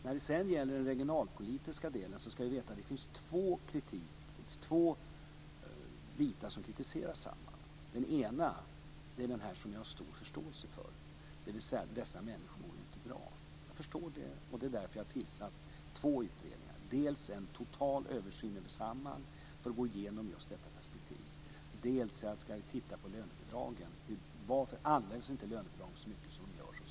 När det sedan gäller den regionalpolitiska delen finns det två bitar i kritiken mot Samhall. Den ena är den som jag har stor förståelse för, dvs. att dessa människor inte mår bra. Jag förstår det, och därför har jag tillsatt två utredningar. Dels ska vi göra en total översyn över Samhall för att gå igenom just detta perspektiv, dels ska vi titta på lönebidragen och se varför de inte används så mycket osv.